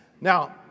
now